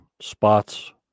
spots